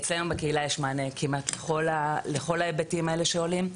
אצלנו בקהילה יש מענה כמעט לכל ההיבטים האלה שעולים.